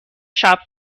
shop